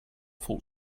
full